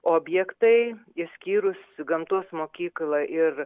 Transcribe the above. objektai išskyrus gamtos mokyklą ir